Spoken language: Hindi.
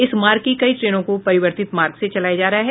इस मार्ग की कई ट्रेनों को परिवर्तित मार्ग से चलाया जा रहा है